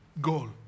goal